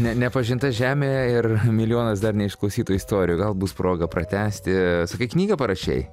ne nepažinta žemė ir milijonas dar neišklausytų istorijų gal bus proga pratęsti sakai knygą parašei